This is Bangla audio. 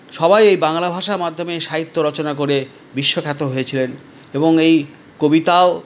সবাই এই বাংলা ভাষা মাধ্যমেই সাহিত্য রচনা করে বিশ্বখ্যাত হয়েছিলেন এবং এই কবিতাও